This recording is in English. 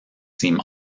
seem